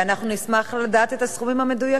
ואנחנו נשמח לדעת את הסכומים המדויקים.